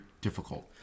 difficult